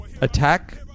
Attack